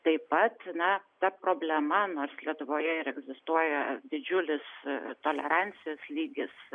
taip pat na ta problema nors lietuvoje ir egzistuoja didžiulis tolerancijos lygis